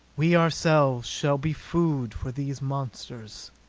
we ourselves shall be food for these monsters.